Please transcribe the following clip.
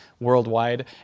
worldwide